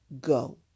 go